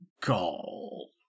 Call